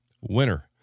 Winner